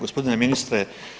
Gospodine ministre.